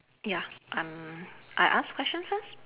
ya I'm I ask question first